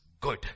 good